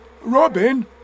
Robin